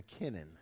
McKinnon